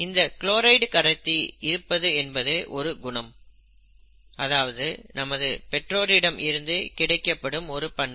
இந்த க்ளோரைடு கடத்தி இருப்பது என்பது ஒரு குணம் அதாவது நமது பெற்றோரிடம் இருந்து கிடைக்கப்படும் ஒரு பண்பு